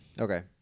Okay